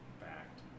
fact